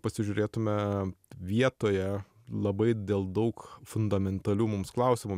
pasižiūrėtume vietoje labai dėl daug fundamentalių mums klausimų